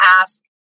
ask